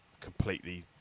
completely